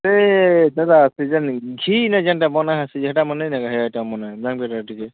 ସେ ଦଦା ସେ ଜେନ୍ ଘିନେଁ ଜେନଟା ବନାହେେସି ଯେ ହେଟା ମନେ ନେଇନ କାଏଁ ହେ ଆଇଟମ ମନେ ଟିକେ